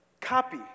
copy